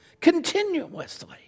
continuously